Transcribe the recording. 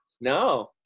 No